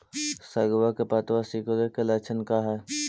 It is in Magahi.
सगवा के पत्तवा सिकुड़े के लक्षण का हाई?